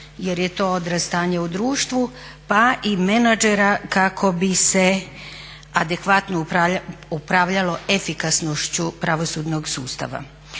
jer je to odraz stanja u društvu pa i menadžera kako bi se adekvatno upravljalo efikasnošću pravosudnog sustava.